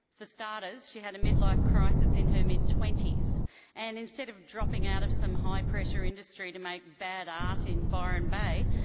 for starters, she had a midlife crisis in her mid twenty s and instead of dropping out of some high pressure industry to make bad art in byron bay,